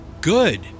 good